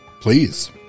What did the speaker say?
Please